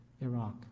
Iraq